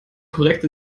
korrekt